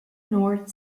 north